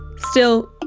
still,